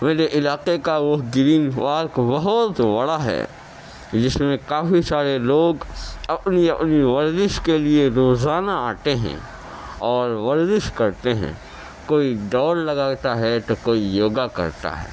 میرے علاقے کا وہ گرین پارک بہت بڑا ہے جس میں کافی سارے لوگ اپنی اپنی ورزش کے لیے روزانہ آتے ہیں اور ورزش کرتے ہیں کوئی دوڑ لگاتا ہے تو کوئی یوگا کرتا ہے